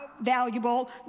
valuable